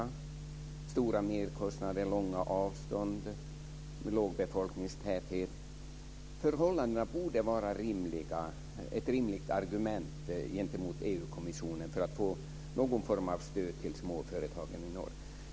Det är stora merkostnader och långa avstånd och låg befolkningstäthet. Förhållandena borde vara ett rimligt argument gentemot EU-kommissionen för att få någon form av stöd till småföretagen i norr.